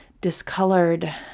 discolored